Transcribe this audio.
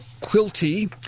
Quilty